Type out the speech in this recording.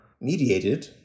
mediated